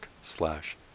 slash